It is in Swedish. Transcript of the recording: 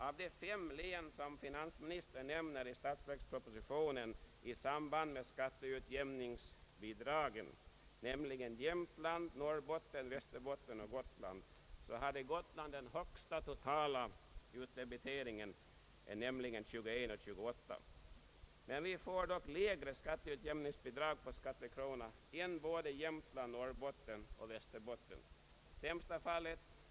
Av de län som finansministern nämner i statsverkspropositionen i samband med skatteutjämningsbidragen, nämligen Jämtland, Norrbotten, Västerbotten och Gotland, hade Gotland den högsta utdebiteringen, 21:28. Men vi får lägre skatteutjämningsbidrag per skattekrona än såväl Jämtland, Norrbotten som Västerbotten.